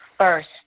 First